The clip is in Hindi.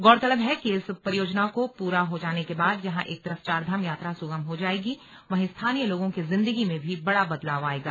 गौरतलब है कि इस परियोजना के पूरा हो जाने के बाद जहां एक तरफ चारधाम यात्रा सुगम हो जाएगी वहीं स्थानीय लोगों की जिंदगी में भी बड़ा बदलाव आएगा